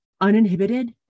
uninhibited